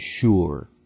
sure